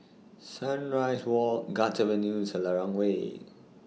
Sunrise Walk Guards Avenue and Selarang Way